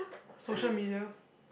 social media